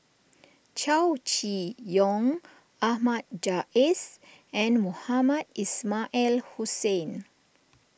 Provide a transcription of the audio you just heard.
Chow Chee Yong Ahmad Jais and Mohamed Ismail Hussain